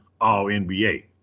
All-NBA